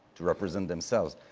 to represent themselves,